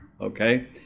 Okay